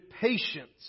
patience